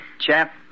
chap